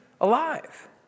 alive